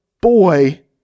boy